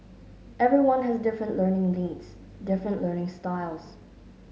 everyone has different learning needs different learning styles